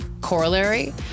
corollary